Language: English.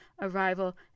arrival